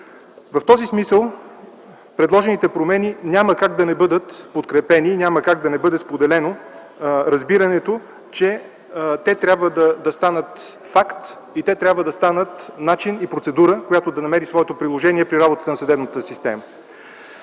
В този смисъл предложените промени няма как да не бъдат подкрепени и няма как да не бъде споделено разбирането, че те трябва да станат факт и те трябва да станат начин и процедура, която да намери своето приложение при работата на съдебната система.